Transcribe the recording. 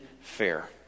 fair